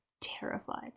terrified